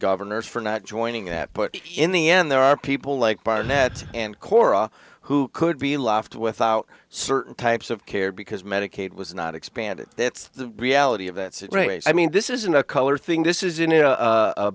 governors for not joining at but in the end there are people like barnett and cora who could be left without certain types of care because medicaid was not expanded that's the reality of it it's a great i mean this isn't a color thing this is